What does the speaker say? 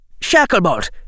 Shacklebolt